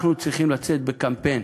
אנחנו צריכים לצאת בקמפיין.